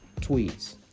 tweets